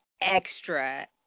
extra